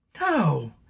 No